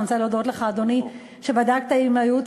ואני רוצה להודות לך,